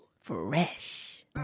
Fresh